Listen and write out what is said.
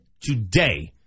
today